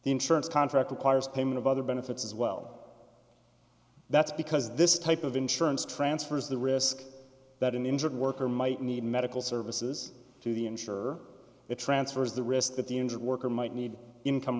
insurance contract requires payment of other benefits as well that's because this type of insurance transfers the risk that an injured worker might need medical services to the insurer that transfers the risk that the injured worker might need income